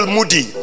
Moody